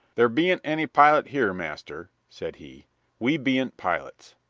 there ben't any pilot here, master, said he we ben't pilots.